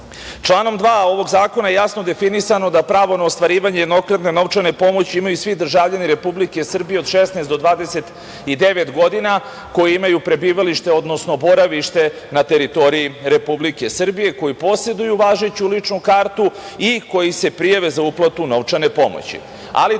evra. Članom 2. ovog zakona jasno je definisano da pravo na ostvarivanje jednokratne novčane pomoći imaju svi državljani Republike Srbije od 16 do 29 godina koji imaju prebivalište, odnosno boravište na teritoriji Republike Srbije, koji poseduju važeću ličnu kartu i koji se prijave za uplatu novčane pomoći.